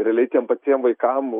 realiai tiem patiem vaikam